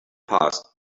passed